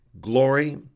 glory